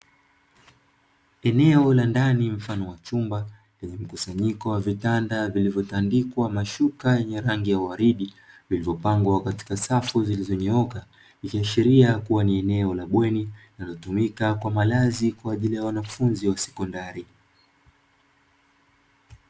Eneo la ndani mfano wa chumba lenye mkusanyiko wa vitanda vilivyotandikwa mashuka yenye rangi ya uwaridi, vilivyopangwa katika safu zilizonyooka ikiashiria kuwa ni eneo la bweni linalotumika kwa malazi kwa ajili ya wanafunzi wa sekondari.